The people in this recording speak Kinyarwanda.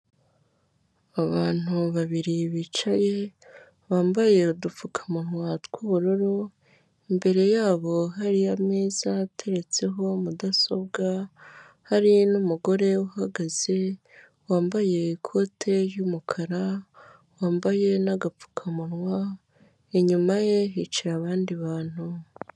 Abantu babiri bicaye bambaye udupfukamunwa tw'ubururu, imbere yabo hariyo ameza ateretseho mudasobwa, hari n'umugore uhagaze wambaye ikote ry'umukara, wambaye n'agapfukamunwa, inyuma ye hicaye abandi bantu.